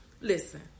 Listen